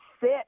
sit